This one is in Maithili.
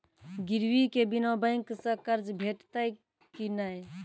गिरवी के बिना बैंक सऽ कर्ज भेटतै की नै?